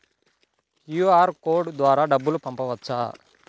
QR code ద్వారా డబ్బులు పంపవచ్చా?